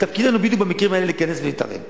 תפקידנו בדיוק במקרים האלה להיכנס ולהתערב.